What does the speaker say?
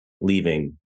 leaving